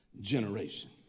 generation